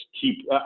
keep